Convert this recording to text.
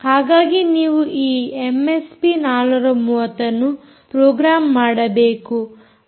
ಹಾಗಾಗಿ ನೀವು ಈ ಎಮ್ಎಸ್ಪಿ 430 ಅನ್ನು ಪ್ರೋಗ್ರಾಮ್ ಮಾಡಬೇಕು